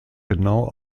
genau